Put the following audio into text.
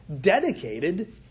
dedicated